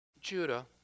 Judah